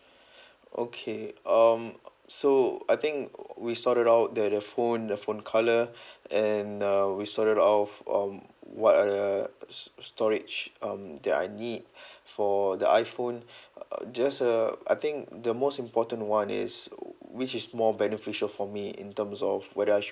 okay um so I think we sorted out the the phone the phone colour and uh we sorted off um what are the s~ s~ storage um that I need for the iphone uh just uh I think the most important [one] is which is more beneficial for me in terms of whether I should